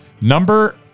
Number